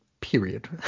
period